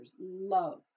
love